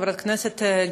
חברת הכנסת גרמן,